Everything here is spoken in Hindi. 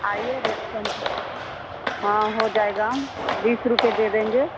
आइए रेट कम क हाँ हो जाएगा बीस रुपये दे देंगे